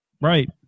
Right